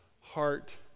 heart